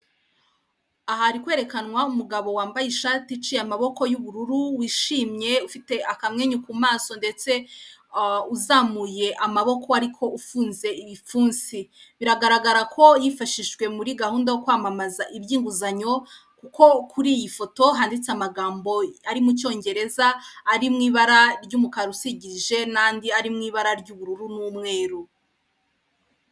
Aha hari kwerekanwa umugabo wambaye ishati iciye amaboko y'ubururu, wishimye ufite akamwenyu ku maso, ndetse uzamuye amaboko ariko ufunze ibipfunsi, biragaragara ko yifashishijwe muri gahunda yo kwamamaza iby'inguzanyo kuko kuri iyi foto handitse amagambo ari mu cyongereza, ari mu ibara ry'umukara usigirije, n'andi ari mu ibara ry'ubururu n'umweru.